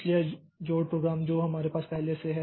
इसलिए यह जोड़ प्रोग्राम जो हमारे पास पहले है